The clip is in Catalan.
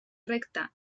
recta